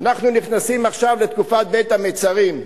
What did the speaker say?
אנחנו נכנסים עכשיו לתקופת בין-המצרים.